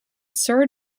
sir